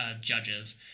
judges